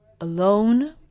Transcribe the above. alone